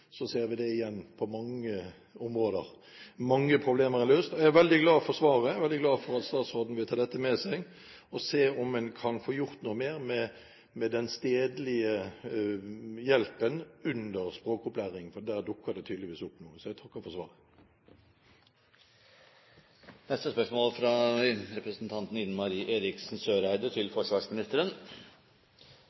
ser vi det igjen på mange områder, og mange problemer er løst. Jeg er veldig glad for svaret og veldig glad for at statsråden vil ta dette med seg og se om en kan få gjort noe mer med den stedlige hjelpen under språkopplæring, for der dukker det tydeligvis opp noe. Så jeg takker for svaret.